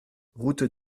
route